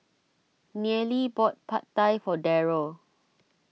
Nealie bought Pad Thai for Darryle